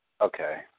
Okay